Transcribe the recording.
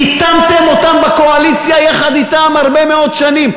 פיטמתם אותם בקואליציה יחד אתם הרבה מאוד שנים.